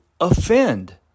offend